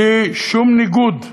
בלי שום ניגוד למורשת,